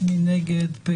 מי נגד?